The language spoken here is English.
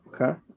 Okay